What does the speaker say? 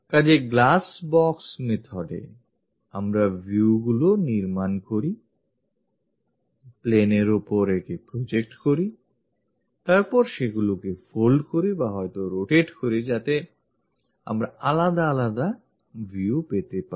কাজেই glass box method এ আমরা viewগুলি নির্মাণ করি planes এর ওপর একে project করি তারপর সেগুলিকে fold করি বা হয়তো rotateকরি যাতে করে আমরা আলাদা আলাদা view পেতে পারি